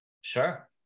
sure